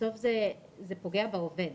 בסוף זה פוגע בעובד.